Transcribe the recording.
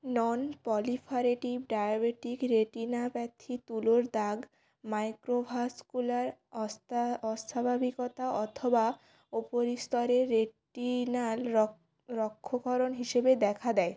নন proliferative diabetic retinopathy তুলোর দাগ microvascular অস্তা অস্বাভাবিকতা অথবা উপরিস্তরের রেটিনাল রক্ষ রক্ষকরণ হিসেবে দেখা দেয়